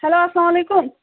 hello اسلام علیکُم